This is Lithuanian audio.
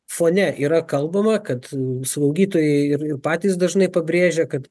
fone yra kalbama kad slaugytojai ir ir patys dažnai pabrėžia kad